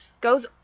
goes